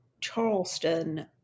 Charleston